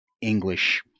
English